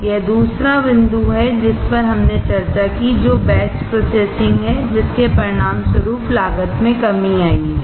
यह दूसरा बिंदु है जिस पर हमने चर्चा की जो बैच प्रोसेसिंग है जिसके परिणामस्वरूप लागत में कमी आई है